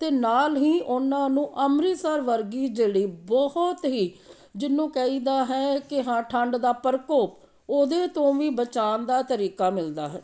ਅਤੇ ਨਾਲ ਹੀ ਉਹਨਾਂ ਨੂੰ ਅੰਮ੍ਰਿਤਸਰ ਵਰਗੀ ਜਿਹੜੀ ਬਹੁਤ ਹੀ ਜਿਹਨੂੰ ਕਹੀ ਦਾ ਹੈ ਕਿ ਹਾਂ ਠੰਡ ਦਾ ਪਰਕੋਪ ਉਹਦੇ ਤੋਂ ਵੀ ਬਚਾਉਣ ਦਾ ਤਰੀਕਾ ਮਿਲਦਾ ਹੈ